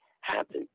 happen